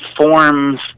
forms